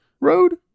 road